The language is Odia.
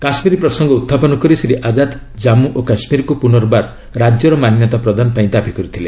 କାଶ୍କୀର ପ୍ରସଙ୍ଗ ଉତ୍ଥାପନ କରି ଶ୍ରୀ ଆଜାଦ କାଞ୍ଜୁ ଓ କାଶ୍କୀରକୁ ପୁନର୍ବାର ରାଜ୍ୟର ମାନ୍ୟତା ପ୍ରଦାନ ପାଇଁ ଦାବି କରିଥିଲେ